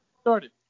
started